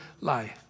life